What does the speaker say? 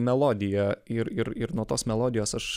melodija ir ir ir nuo tos melodijos aš